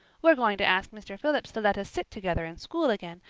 we're going to ask mr. phillips to let us sit together in school again,